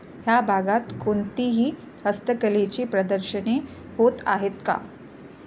या भागात कोणतीही हस्तकलेची प्रदर्शने होत आहेत का